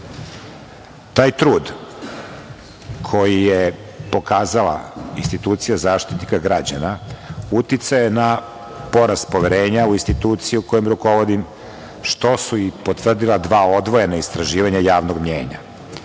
Taj trud koji je pokazala institucija Zaštitnika građana uticaj je na porast poverenja na instituciju u kojoj rukovodim, što su i potvrdila dva odvojena istraživanja javnog mnjenja. Prvo